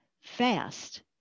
fast